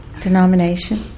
denomination